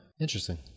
Interesting